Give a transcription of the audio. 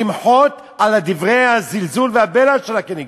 למחות על דברי הזלזול והבלע שלה נגדי.